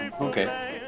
Okay